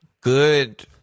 good